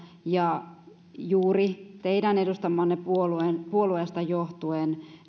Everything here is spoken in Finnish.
ja juuri teidän edustamastanne puolueesta johtuen